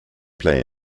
play